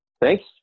Thanks